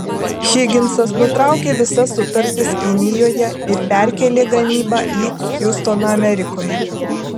higinsas nutraukė visas sutartis kinijoje ir perkėlė gamybą į hjustoną amerikoje